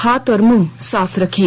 हाथ और मुंह साफ रखें